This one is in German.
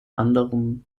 anderem